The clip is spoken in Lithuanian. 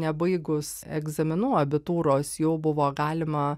nebaigus egzaminų abitūros jau buvo galima